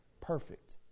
perfect